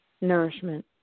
nourishment